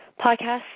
podcast